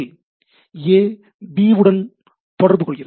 A B உடன் தொடர்பு கொள்கிறது